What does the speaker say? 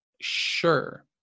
sure